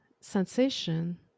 sensation